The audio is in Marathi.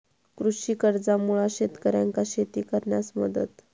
कृषी कर्जामुळा शेतकऱ्यांका शेती करण्यास मदत